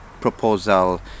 proposal